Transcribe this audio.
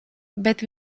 bet